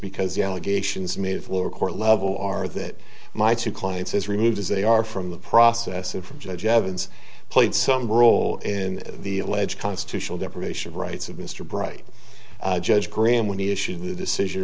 because the allegations made of lower court level are that my two clients as removed as they are from the process and from judge evans played some role in the alleged constitutional deprivation of rights of mr bright judge graham when he issued the decision